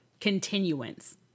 continuance